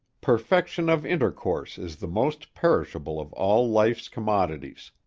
perfection of intercourse is the most perishable of all life's commodities.